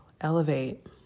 elevate